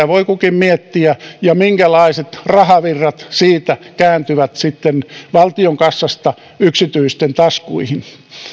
voi kukin miettiä ja sitä minkälaiset rahavirrat kääntyvät sitten valtion kassasta yksityisten taskuihin